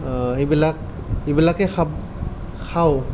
এইবিলাক এইবিলাকে খাব খাওঁ